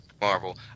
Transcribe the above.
Marvel